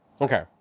Okay